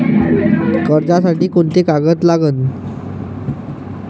कर्जसाठी कोंते कागद लागन?